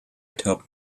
top